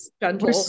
gentle